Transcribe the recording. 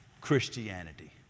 Christianity